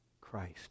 Christ